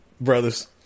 Brothers